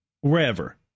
wherever